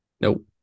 Nope